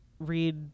Read